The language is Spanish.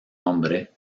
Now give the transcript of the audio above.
hombre